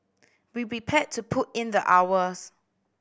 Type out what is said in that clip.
be prepared to put in the hours